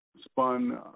spun